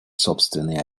собственные